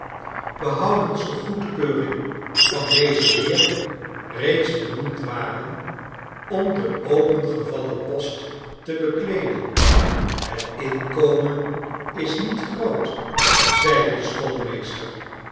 behoudens de goedkeuring van dezen heer reeds benoemd waren om den opengevallen post te bekleeden het inkomen is niet groot zeide de